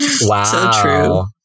wow